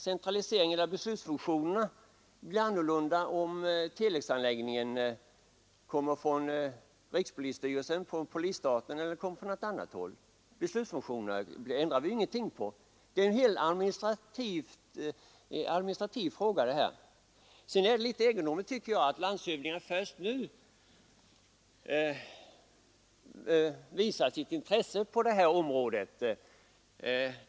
Centraliseringen av beslutsfunktionerna kan inte bli annorlunda om telexanläggningen kommer från justitiedepartementet än om den kommer över något annat departement. Vi ändrar inte något på beslutsfunktionerna, utan det här är helt och hållet en administrativ fråga. Det är litet egendomligt att landshövdingarna först nu visar intresse för detta område.